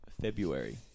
February